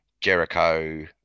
Jericho